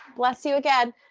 bless you, again.